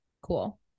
Cool